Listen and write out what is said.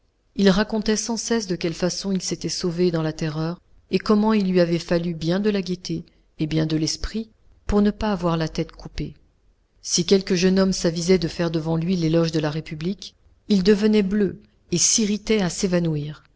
il racontait sans cesse de quelle façon il s'était sauvé dans la terreur et comment il lui avait fallu bien de la gaîté et bien de l'esprit pour ne pas avoir la tête coupée si quelque jeune homme s'avisait de faire devant lui l'éloge de la république il devenait bleu et s'irritait à s'évanouir